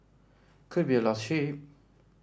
could be a lost sheep